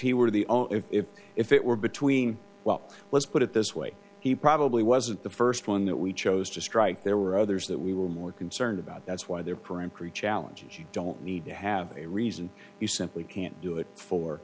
he were the if if if it were between well let's put it this way he probably wasn't the st one that we chose to strike there were others that we will more concerned about that's why they're peremptory challenges you don't need to have a reason you simply can't do it for